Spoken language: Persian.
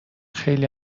خیلی